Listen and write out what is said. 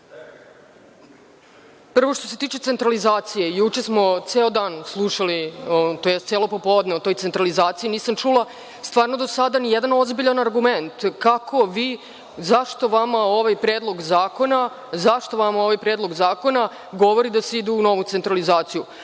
što se tiče centralizacije, juče smo ceo dan slušali, celo popodne o toj centralizaciji. Nisam čula stvarno do sada nijedan ozbiljan argument kako vi, zašto vama ovaj Predlog zakona govori da se ide u novu centralizaciju. Upravo